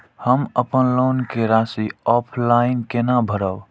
हम अपन लोन के राशि ऑफलाइन केना भरब?